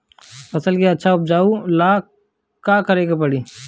फसल के अच्छा उपजाव ला का करे के परी?